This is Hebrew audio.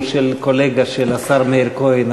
הוא של קולגה של השר מאיר כהן.